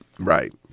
Right